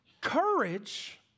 courage